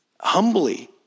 humbly